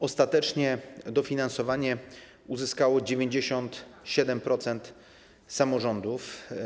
Ostatecznie dofinansowanie uzyskało 97% samorządów.